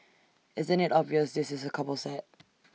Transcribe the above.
isn't IT obvious this is A couple set